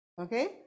okay